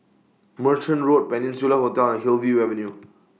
Merchant Road Peninsula Hotel and Hillview Avenue